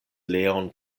leon